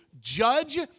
judge